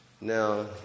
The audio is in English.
Now